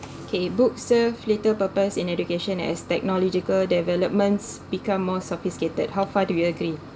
okay book serve little purpose in education as technological developments become more sophisticated how far do you agree